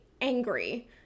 angry